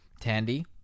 Tandy